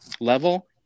level